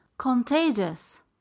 contagious